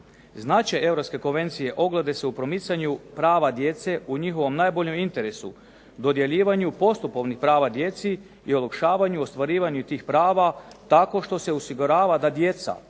Značaj Europske konvencije ogleda se u promicanju prava djece, u njihovom najboljem interesu, dodjeljivanju postupovnih prava djeci i olakšavanju i ostvarivanju tih prava tako što se osigurava da djeca